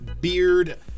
beard